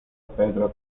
pedro